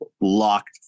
locked